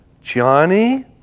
Johnny